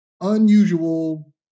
Unusual